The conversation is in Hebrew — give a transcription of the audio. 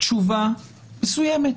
תשובה מסוימת